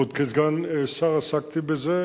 ועוד כסגן שר עסקתי בזה,